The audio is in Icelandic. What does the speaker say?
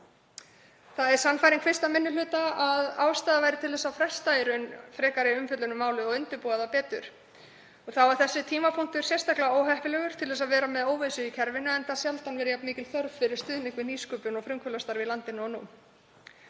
Það er sannfæring 1. minni hluta að ástæða sé til að fresta í raun frekari umfjöllun um málið og undirbúa það betur. Þá er þessi tímapunktur sérstaklega óheppilegur til að vera með óvissu í kerfinu enda sjaldan verið jafn mikil þörf fyrir stuðning við nýsköpun og frumkvöðlastarf í landinu og nú.